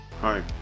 hi